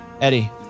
Eddie